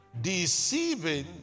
deceiving